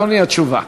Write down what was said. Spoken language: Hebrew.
אדוני, התשובה.